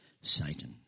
Satan